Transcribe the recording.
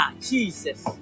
Jesus